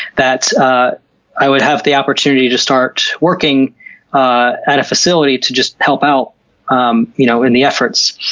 that ah i would have the opportunity to start working ah at a facility to just help out um you know in the efforts.